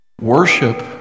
Worship